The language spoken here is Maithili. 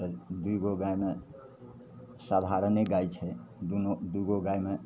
तऽ दुइ गो गाइमे साधारणे गाइ छै दुइ गो गाइमे